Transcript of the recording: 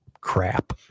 crap